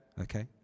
Okay